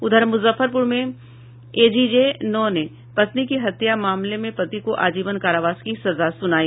उधर मुजफ्फरपुर में एजीजे नौ ने पत्नी की हत्या मामले में पति को आजीवन कारावास की सजा सुनाई